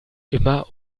immer